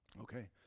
okay